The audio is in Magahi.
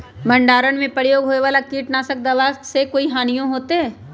भंडारण में प्रयोग होए वाला किट नाशक दवा से कोई हानियों होतै?